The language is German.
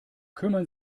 kümmern